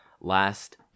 last